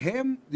שהם פה.